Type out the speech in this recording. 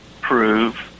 prove